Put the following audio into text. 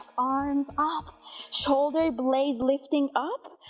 arms up shoulder blades lifting up,